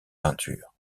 peintures